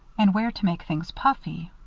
and where to make things puffy.